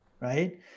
Right